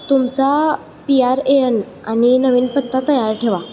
तुमचा P R A N आणि नवीन पत्ता तयार ठेवा